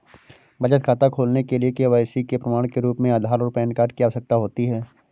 बचत खाता खोलने के लिए के.वाई.सी के प्रमाण के रूप में आधार और पैन कार्ड की आवश्यकता होती है